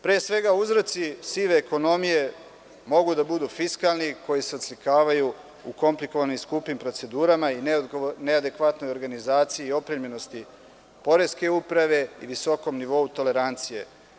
Pre svega, uzroci sive ekonomije mogu da budu fiskalni koji se odslikavaju u komplikovanim i skupim procedurama i neadekvatnoj organizaciji, opremljenosti poreske uprave ili visokom nivou tolerancije.